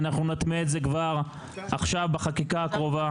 ואנחנו נטמיע את זה כבר עכשיו בחקיקה הקרוב,